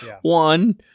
One